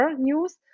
news